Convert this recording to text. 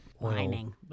Mining